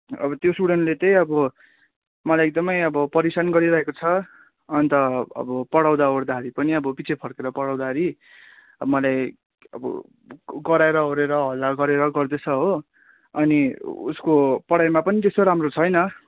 अब त्यो स्टुडेन्टले चाहिँ अब मलाई एकदमै अब परेशान गरिरहेको छ अन्त अब पढाउँदा ओर्दा पनि पछि फर्केर पढाउँदाधरि अब मलाई अब कराएर उयो गरेर हल्ला गरेर गर्दैछ हो अनि उसको पढाइमा पनि त्यस्तो राम्रो छैन